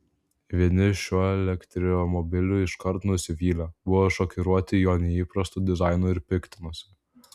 vieni šiuo elektromobiliu iškart nusivylė buvo šokiruoti jo neįprastu dizainu ir piktinosi